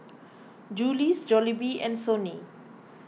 Julie's Jollibee and Sony